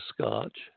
scotch